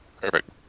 Perfect